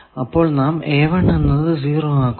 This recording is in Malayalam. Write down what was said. അപ്പോൾ നാം എന്നത് 0 ആക്കുന്നു